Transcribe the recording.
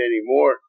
anymore